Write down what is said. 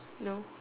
no